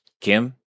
Kim